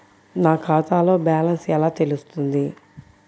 నా ఖాతాలో బ్యాలెన్స్ ఎలా తెలుస్తుంది?